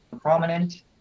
prominent